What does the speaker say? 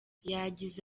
yagize